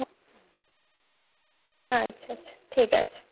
হুম আচ্ছা আচ্ছা ঠিক আছে